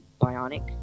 Bionic